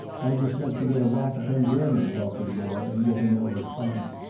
i'd just like to get a whack at them germans, offered the boy, and getting no response,